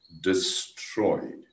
destroyed